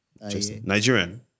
Nigerian